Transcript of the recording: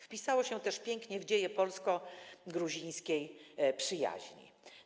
Wpisało się też pięknie w dzieje polsko-gruzińskiej przyjaźni.